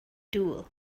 duel